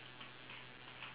both big one is it